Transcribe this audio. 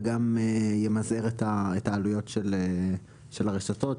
וגם ימזער את העלויות של הרשתות,